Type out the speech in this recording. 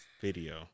video